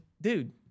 dude